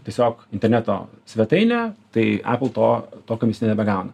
tiesiog interneto svetainę tai epul to to komisinio nebegauna